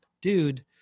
Dude